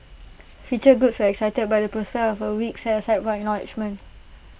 featured groups were excited by the prospect of A week set aside for acknowledgement